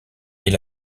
est